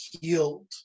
healed